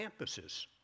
campuses